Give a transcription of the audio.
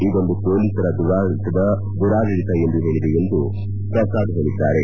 ಇದೊಂದು ಪೊಲೀಸರ ದುರಾಡಳಿತ ಎಂದು ಹೇಳಿದೆ ಎಂದು ಪ್ರಸಾದ್ ಹೇಳಿದ್ದಾರೆ